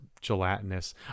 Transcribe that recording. gelatinous